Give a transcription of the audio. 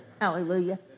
Hallelujah